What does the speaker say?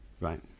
right